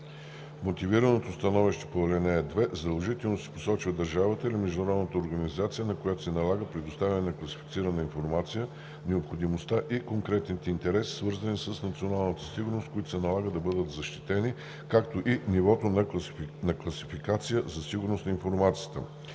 мотивираното становище по ал. 2 задължително се посочва държавата или международната организация, на която се налага предоставяне на класифицирана информация, необходимостта и конкретните интереси, свързани с националната сигурност, които се налага да бъдат защитени, както и нивото на класификация за сигурност на информацията.“